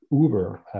Uber